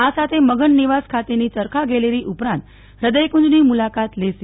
આ સાથે મગન નિવાસ ખાતેની ચરખાગેલેરી ઉપરાંત હૃદયકુંજની મુલાકાત લેશે